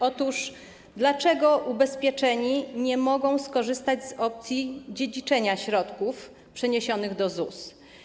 Otóż dlaczego ubezpieczeni nie mogą skorzystać z opcji dziedziczenia środków przeniesionych do ZUS?